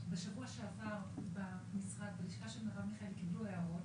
בשבוע שעבר בלשכה של השרה מירב מיכאלי קבלו הערות